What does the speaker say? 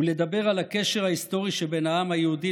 ולדבר על הקשר ההיסטורי שבין העם היהודי